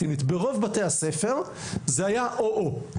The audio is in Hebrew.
ברוב בתי הספר זה היה או בגרות ישראלית או בגרות פלסטינית,